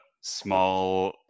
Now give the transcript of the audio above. small